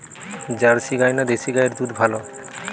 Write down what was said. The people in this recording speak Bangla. জার্সি গাই না দেশী গাইয়ের দুধ ভালো?